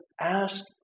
ask